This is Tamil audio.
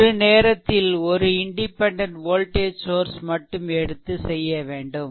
ஒரு நேரத்தில் ஒரு இண்டிபெண்டென்ட் வோல்டேஜ் சோர்ஸ் மட்டும் எடுத்து செய்ய வேண்டும்